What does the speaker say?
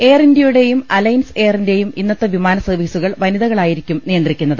air ഇന്ത്യയുടേയും Alliance എയറിന്റേയും ഇന്നത്തെ വിമാന സർവീസുകൾ വനിതകളായിരിക്കും നിയന്ത്രിക്കുന്നത്